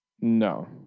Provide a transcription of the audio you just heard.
No